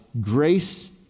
Grace